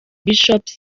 bishops